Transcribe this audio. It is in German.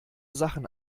sachen